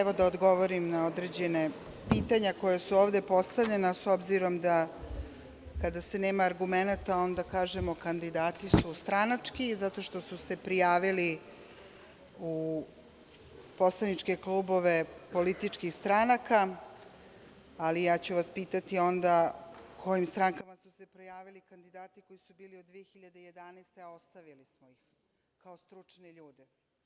Evo da odgovorim na određena pitanja koja su ovde postavljena, s obzirom da kada se nema argumenata onda kažemo – kandidati su stranački zato što su se prijavili u poslaničke klubove političkih stranaka, ali ja ću vas pitati onda – kojim strankama su se prijavili kandidati koji su bili od 2011. godine, a ostavili smo ih kao stručne ljude?